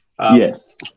Yes